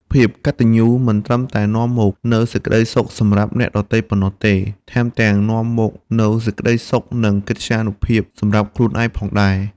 ភាពកត្តញ្ញូមិនត្រឹមតែនាំមកនូវសេចក្តីសុខសម្រាប់អ្នកដទៃប៉ុណ្ណោះទេ ថែមទាំងនាំមកនូវសេចក្តីសុខ និងកិត្យានុភាពសម្រាប់ខ្លួនឯងផងដែរ។